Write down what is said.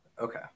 Okay